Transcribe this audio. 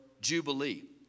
jubilee